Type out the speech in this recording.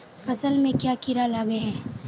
फसल में क्याँ कीड़ा लागे है?